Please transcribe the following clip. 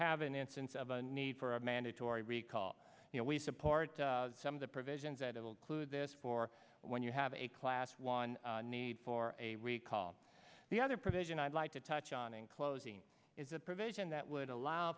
have an instance of a need for a mandatory recall you know we support some of the provisions that it will clue this for when you have a class one need for a recall the other provision i'd like to touch on in closing is a provision that would allow